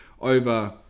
over